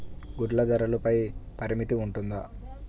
గుడ్లు ధరల పై పరిమితి ఉంటుందా?